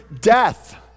death